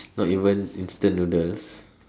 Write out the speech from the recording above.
not even instant noodles